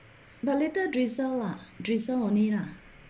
the little drizzle lah drizzle only lah